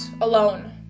alone